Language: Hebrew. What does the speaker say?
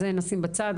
נשים את זה רגע בצד,